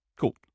Cool